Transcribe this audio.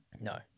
No